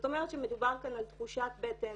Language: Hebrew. זאת אומרת שמדובר כאן על תחושת בטן